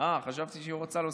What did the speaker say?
חשבתי שהיא רוצה להוסיף,